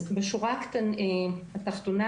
בשורה התחתונה,